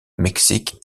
mexique